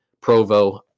Provo